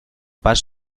pas